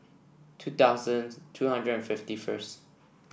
two thousand two hundred and fifty first